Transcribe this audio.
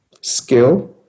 skill